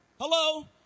Hello